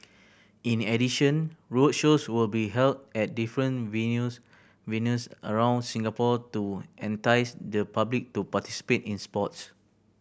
in addition roadshows will be held at different venues venues around Singapore to entice the public to participate in sports